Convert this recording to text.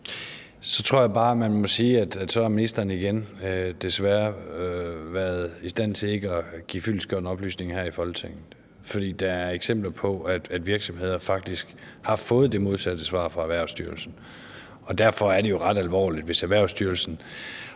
Så tror jeg bare, man må sige, at ministeren igen desværre ikke har været i stand til at give fyldestgørende oplysninger her i Folketinget. For der er eksempler på, at virksomheder faktisk har fået det modsatte svar fra Erhvervsstyrelsen, og derfor er det jo ret alvorligt, hvis Erhvervsstyrelsen,